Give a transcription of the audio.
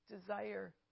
desire